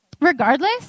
Regardless